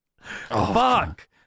fuck